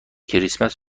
کریسمس